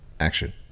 Action